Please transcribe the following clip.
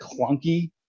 clunky